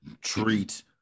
treat